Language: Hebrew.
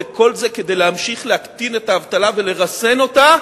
וכל זה כדי להמשיך להקטין את האבטלה ולרסן אותה,